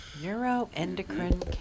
Neuroendocrine